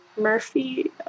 Murphy